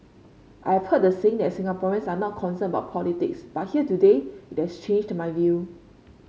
I've heard the saying that Singaporeans are not concerned about politics but here today it has changed my view